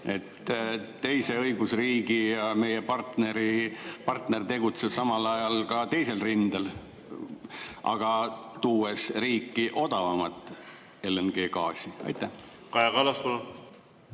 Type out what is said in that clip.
teine õigusriik ja meie partner tegutseb samal ajal ka teisel rindel, tuues riiki odavamat LNG‑gaasi? Kaja Kallas,